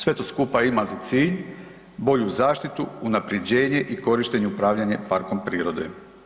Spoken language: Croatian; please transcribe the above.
Sve to skupa ima za cilj bolju zaštitu, unaprjeđenje i korištenje upravljanje parkom prirode.